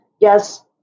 yes